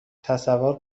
تصور